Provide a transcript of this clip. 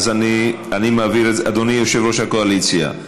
אדוני יושב-ראש הקואליציה,